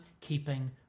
keeping